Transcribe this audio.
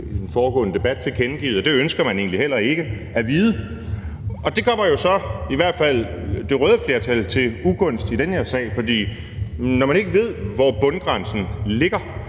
i den foregående debat tilkendegivet, at det ønsker man egentlig heller ikke at vide. Det kommer så i hvert fald det røde flertal til ugunst i den her sag, for når man ikke ved, hvor bundgrænsen ligger,